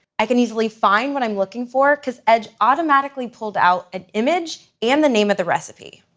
i can easily find what i'm looking for because edge automatically pulled out an image and the name of the recipe.